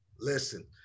Listen